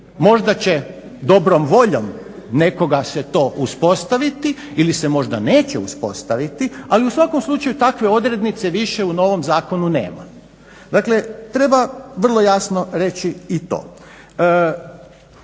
Možda će dobrom voljom nekoga se to uspostaviti ili se možda neće uspostaviti ali u svakom slučaju takve odrednice više u novom zakonu nema. Dakle, treba vrlo jasno reći i to.